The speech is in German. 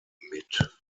mit